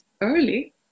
early